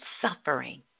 suffering